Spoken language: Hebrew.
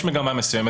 יש מגמה מסוימת.